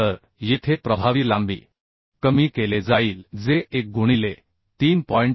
तर येथे प्रभावी लांबी कमी केले जाईल जे 1 गुणिले 3